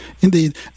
Indeed